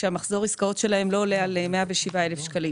שמחזור העסקאות שלהם לא עולה על 107,000 ₪.